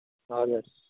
हजुर